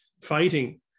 fighting